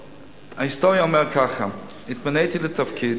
ההיסטוריה אומרת ככה: התמניתי לתפקיד,